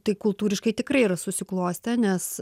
tik kultūriškai tikrai yra susiklostę nes